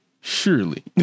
Surely